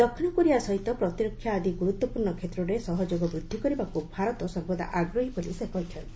ଦକ୍ଷିଣ କୋରିଆ ସହିତ ପ୍ରତିରକ୍ଷା ଆଦି ଗୁରୁତ୍ୱପୂର୍ଣ୍ଣ କ୍ଷେତ୍ରରେ ସହଯୋଗ ବୃଦ୍ଧି କରିବାକୁ ଭାରତ ସର୍ବଦା ଆଗ୍ରହୀ ବୋଲି ସେ କହିଛନ୍ତି